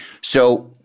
so-